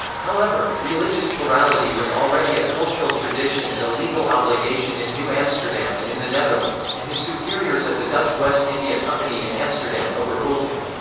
however, religious plurality was already a cultural tradition and a legal obligation in new amsterdam and in the netherlands, and his superiors at the dutch west india company in amsterdam overruled him.